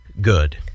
Good